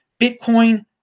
Bitcoin